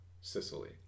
Sicily